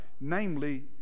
namely